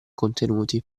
contenuti